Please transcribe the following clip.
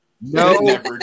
no